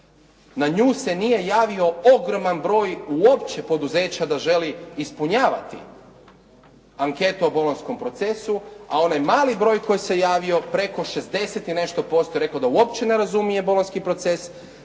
Na nju se nije javio ogroman broj uopće poduzeća da želi ispunjavati anketu o bolonjskom procesu, a onaj mali broj koji se javio preko šezdeset i nešto posto je rekao da uopće ne razumije bolonjski proces,